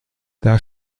der